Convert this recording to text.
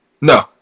No